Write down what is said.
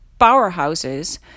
powerhouses